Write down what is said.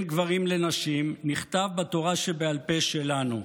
גברים לנשים נכתב בתורה שבעל פה שלנו: